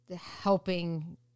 helping